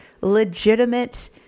legitimate